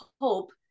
hope